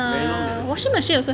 very long never hear